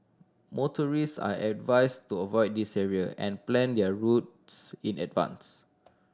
motorist are advised to avoid these area and plan their routes in advance